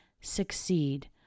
succeed